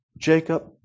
Jacob